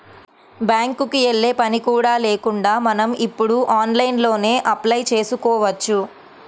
బ్యేంకుకి యెల్లే పని కూడా లేకుండా మనం ఇప్పుడు ఆన్లైన్లోనే అప్లై చేసుకోవచ్చు